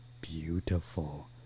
beautiful